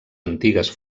antigues